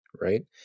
right